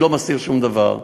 אני לא מסתיר שום דבר.